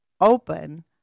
open